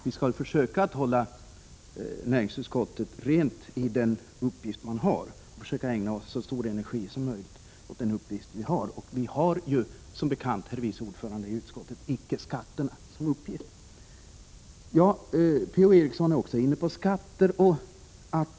Vi skall försöka att renodlat hålla näringsutskottet till den uppgift det har och ägna så stor energi som möjligt åt den. Vi har som bekant, herr vice ordförande i utskottet, icke skatterna som uppgift. Per-Ola Eriksson talar också om skatter.